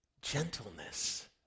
gentleness